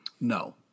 No